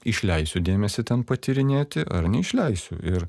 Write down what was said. išleisiu dėmesį ten patyrinėti ar neišleisiu ir